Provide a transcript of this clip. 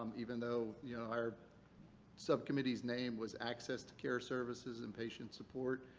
um even though yeah our subcommittee's name was access to care services and patient support,